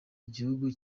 igihugu